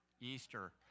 Easter